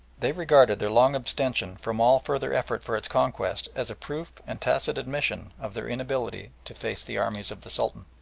they regarded their long abstention from all further effort for its conquest, as a proof and tacit admission of their inability to face the armies of the sultan.